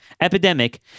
epidemic